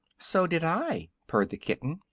so did i, purred the kitten.